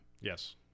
Yes